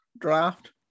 draft